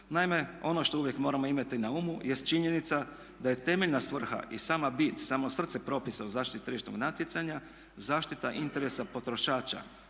Naime, ono što uvijek moramo imati na umu jest činjenica je temeljna svrha i sama bit, samo srce propisa o zaštiti tržišnog natjecanja zaštita interesa potrošača